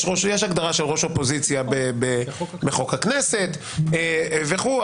יש הגדרה של ראש אופוזיציה בחוק הכנסת וכו',